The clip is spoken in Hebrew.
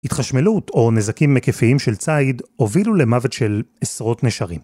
התחשמלות או נזקים היקפיים של צייד הובילו למוות של עשרות נשרים.